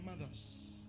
mothers